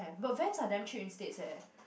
but Vans are damn cheap in states eh